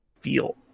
feel